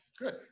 Good